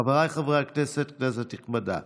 חבריי חברי הכנסת, כנסת נכבדה,